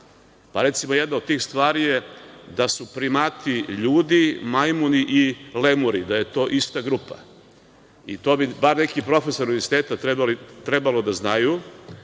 jedna od tih stvari je da su primati ljudi, majmuni i lemuri, da je to ista grupa, to bi, barem, profesori sa Univerziteta trebalo da znaju